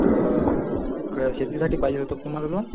तर काय शेतीसाठी पाहिजे होतं का तुम्हाला लोन